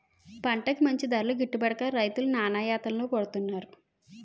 పంటకి మంచి ధరలు గిట్టుబడక రైతులు నానాయాతనలు పడుతున్నారు